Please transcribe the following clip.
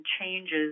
changes